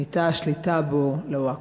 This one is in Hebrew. נהייתה השליטה בו לווקף.